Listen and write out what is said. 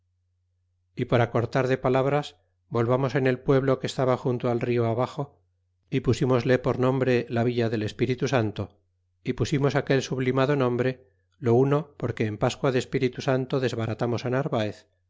y por acortar de palabras volvamos en el pueblo que estaba junto al rio abaxo y pusimosle por nombre la villa del espíritu santo é pusimos aquel sublimado nombre lo uno porque en pascua de espíritu santo desbaratamos á narvaez